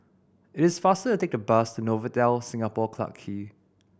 it is faster to take the bus Novotel Singapore Clarke Quay